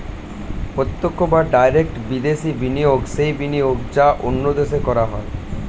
প্রত্যক্ষ বা ডাইরেক্ট বিদেশি বিনিয়োগ সেই বিনিয়োগ যা অন্য দেশে করা হয়